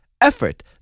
Effort